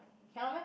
cannot meh